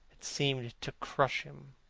it seemed to crush him.